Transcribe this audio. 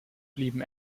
blieben